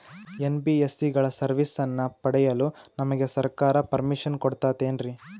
NBSC ಗಳ ಸರ್ವಿಸನ್ನ ಪಡಿಯಲು ನಮಗೆ ಸರ್ಕಾರ ಪರ್ಮಿಷನ್ ಕೊಡ್ತಾತೇನ್ರೀ?